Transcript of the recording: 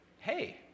hey